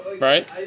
right